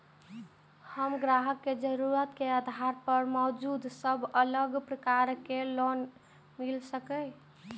हम ग्राहक के जरुरत के आधार पर मौजूद सब अलग प्रकार के लोन मिल सकये?